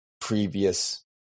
previous